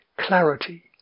Clarity